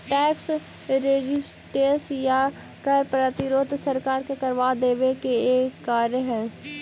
tax resistance या कर प्रतिरोध सरकार के करवा देवे के एक कार्य हई